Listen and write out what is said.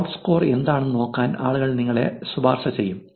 Klout score എന്താണെന്ന് നോക്കാൻ ആളുകൾ നിങ്ങളെ ശുപാർശചെയ്യും